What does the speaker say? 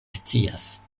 scias